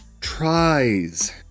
tries